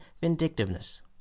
vindictiveness